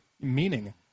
meaning